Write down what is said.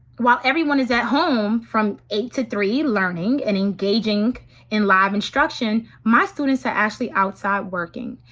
while everyone is at home from eight to three learning and engaging in live instruction, my students are actually outside working.